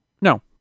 No